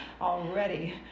Already